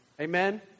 Amen